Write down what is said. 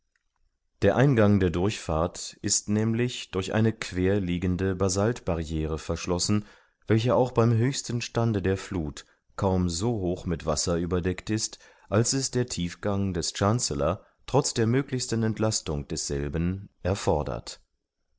der durchfahrt ist nämlich durch eine quer vorliegende basaltbarriere verschlossen welche auch beim höchsten stande der fluth kaum so hoch mit wasser überdeckt ist als es der tiefgang des chancellor trotz der möglichsten entlastung desselben erfordert